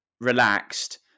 relaxed